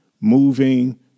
moving